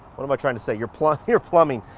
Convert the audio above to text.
what am i trying to say. your plumb your plumbing.